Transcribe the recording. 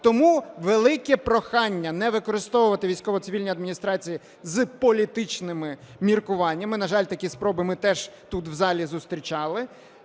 Тому велике прохання не використовувати військово-цивільні адміністрації з політичними міркуваннями. На жаль, такі спроби ми теж тут, в залі, зустрічали.